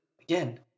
again